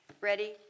Ready